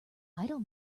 idle